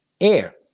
air